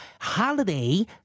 Holiday